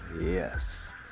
yes